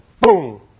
Boom